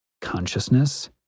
Consciousness